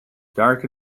dark